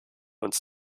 uns